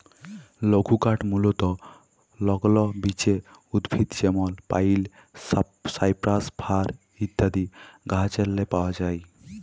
লঘুকাঠ মূলতঃ লগ্ল বিচ উদ্ভিদ যেমল পাইল, সাইপ্রাস, ফার ইত্যাদি গাহাচেরলে পাউয়া যায়